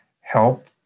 help